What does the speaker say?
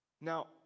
Now